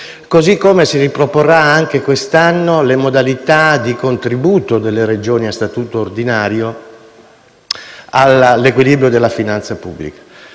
Così come si riproporranno anche quest'anno le modalità di contributo delle Regioni a statuto ordinario all'equilibrio della finanza pubblica.